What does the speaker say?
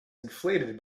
inflated